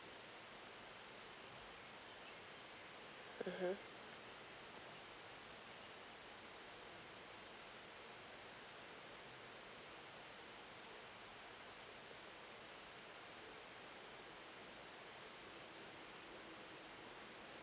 mmhmm